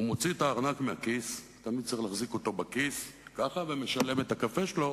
אני רוצה לנצל את הסיבוב